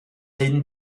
hyn